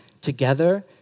together